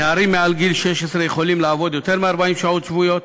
נערים מעל גיל 16 יכולים לעבוד יותר מ-40 שעות שבועיות.